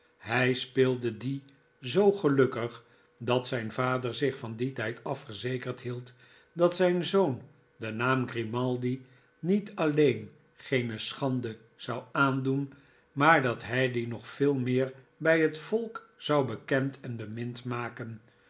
hij speelde die zoo gelukkig dat zijn vader zich van dien tijd af verzekerd hield dat zijn zoon den naam grimaldi niet alleen geene schande zou aandoen maar dat hij dien nog veel meer bij het volk zou bekend en bemind maken